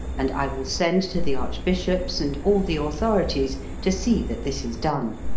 and i will send to the archbishops and all the authorities to see that this is done.